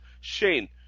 Shane